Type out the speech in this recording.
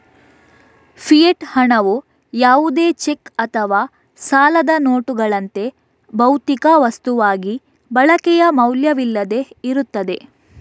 fiat ಹಣವು ಯಾವುದೇ cheque ಅಥವಾ ಸಾಲದ ನೋಟುಗಳಂತೆ, ಭೌತಿಕ ವಸ್ತುವಾಗಿ ಬಳಕೆಯ ಮೌಲ್ಯವಿಲ್ಲದೆ ಇರುತ್ತದೆ